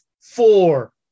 four